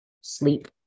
sleep